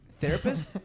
Therapist